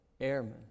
airmen